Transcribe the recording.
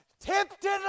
tempted